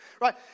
right